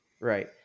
Right